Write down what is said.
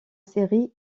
séries